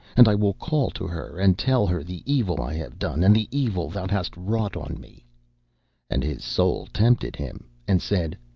and i will call to her and tell her the evil i have done and the evil thou hast wrought on me and his soul tempted him and said,